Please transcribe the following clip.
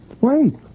Wait